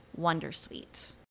Wondersuite